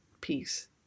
peace